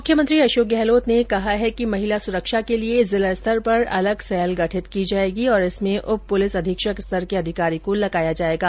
मुख्यमंत्री अशोक गहलोत ने कहा है कि महिला सुरक्षा के लिए जिला स्तर पर अलग सैल गठित की जाएगी और इसमें उप पुलिस अधीक्षक स्तर के अधिकारी को लगाया जाएगा